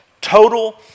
total